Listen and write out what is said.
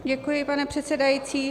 Děkuji, pane předsedající.